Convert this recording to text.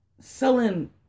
selling